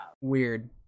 Weird